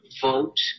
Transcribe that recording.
vote